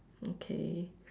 okay